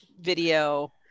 video